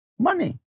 money